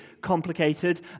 complicated